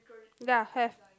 ya have